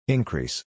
Increase